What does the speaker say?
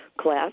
class